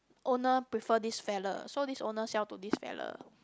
owner prefer this fella so this owner sell to this fella